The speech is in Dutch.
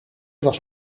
was